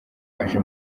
aje